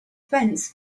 fence